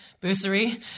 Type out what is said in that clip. bursary